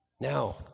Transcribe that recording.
Now